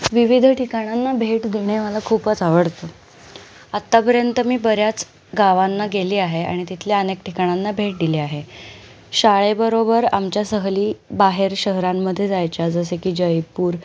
विविध ठिकाणांना भेट देणे मला खूपच आवडतं आत्तापर्यंत मी बऱ्याच गावांना गेले आहे आणि तिथल्या अनेक ठिकाणांना भेट दिली आहे शाळेबरोबर आमच्या सहली बाहेर शहरांमध्ये जायच्या जसे की जयपूर